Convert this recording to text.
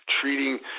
treating